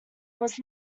was